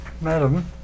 Madam